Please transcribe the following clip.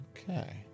Okay